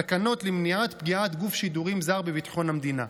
תקנות למניעת פגיעת גוף שידורים זר בביטחון המדינה.